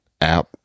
app